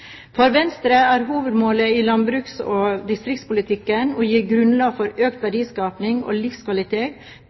For Venstre er hovedmålet i landbruks- og distriktspolitikken å gi grunnlag for økt verdiskaping og livskvalitet